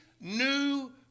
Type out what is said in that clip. new